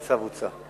הוצא הצו.